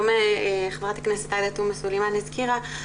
ח"כ עאידה תומא סלימאן הזכירה,